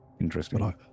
Interesting